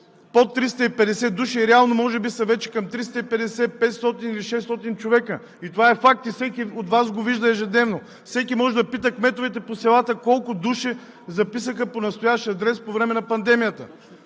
под 350 души, реално може би са вече към 350, 500 или 600 човека. Това е факт и всеки от Вас го вижда ежедневно. Всеки може да пита кметовете по селата колко души записаха по настоящ адрес по време на пандемията.